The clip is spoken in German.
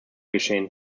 geschehen